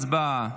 הצבעה.